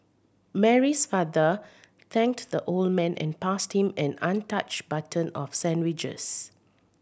Mary's father thanked the old man and passed him an untouched box of sandwiches